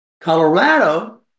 Colorado